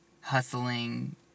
hustling